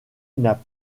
n’a